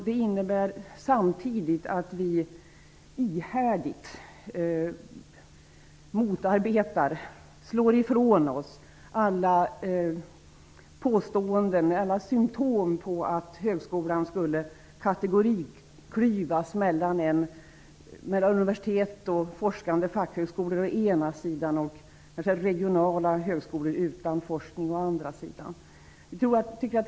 Det innebär samtidigt att vi ihärdigt motarbetar och slår ifrån oss alla påståenden om och symtom på att högskolan skulle kategoriklyvas mellan universitet och forskande fackhögskolor å den ena sidan och regionala högskolor utan forskning å den andra sidan.